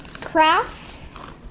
craft